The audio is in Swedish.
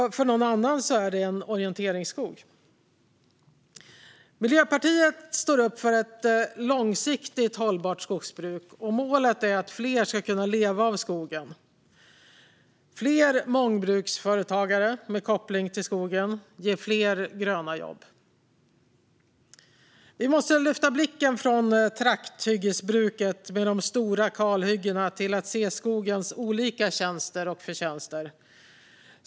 För någon annan är det en orienteringsskog. Miljöpartiet står upp för ett långsiktigt hållbart skogsbruk. Målet är att fler ska kunna leva av skogen. Fler mångbruksföretagare med koppling till skogen ger fler gröna jobb. Vi måste lyfta blicken från trakthyggesbruket med de stora kalhyggena och se skogens olika tjänster och förtjänster.